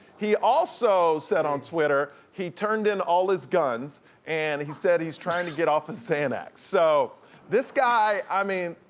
he also said on twitter, he turned in all his guns and he said he's trying to get off of xanax. so this guy, i mean,